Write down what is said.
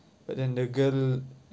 but then the girl